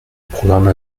programme